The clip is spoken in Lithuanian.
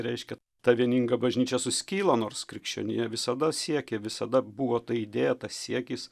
reiškia ta vieninga bažnyčia suskilo nors krikščionija visada siekė visada buvo ta idėja tas siekis